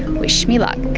wish me luck.